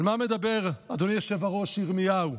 על מה מדבר, אדוני היושב-ראש, ירמיהו?